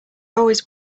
always